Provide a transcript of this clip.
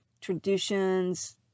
traditions